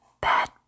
bad